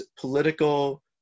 political